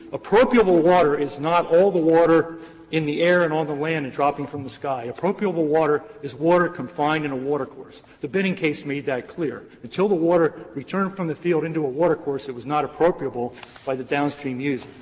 water is not all the water in the air and on the land and dropping from the sky appropriated water is water confined in a water course. the binning case made that clear, until the water returned from the field into a water course it was not appropriable by the downstream user.